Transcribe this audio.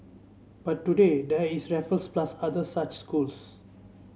but today there is Raffles plus other such schools